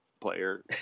player